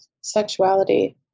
sexuality